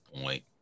point